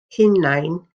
hunain